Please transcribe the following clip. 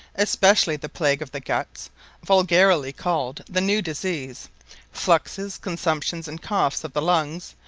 especially the plague of the guts vulgarly called the new disease fluxes, consumptions, and coughs of the lungs,